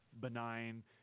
benign –